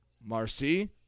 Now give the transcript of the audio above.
Marcy